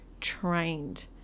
trained